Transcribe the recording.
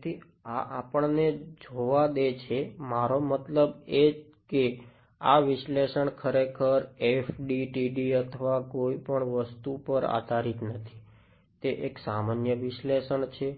તેથી આ આપણને જોવા દે છે મારો મતલબ એ કે આ વિશ્લેષણ ખરેખર FDTD અથવા કોઈપણ વસ્તુ પર આધારિત નથી તે એક સામાન્ય વિશ્લેષણ છે